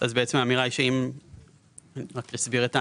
רק נסביר את האמירה.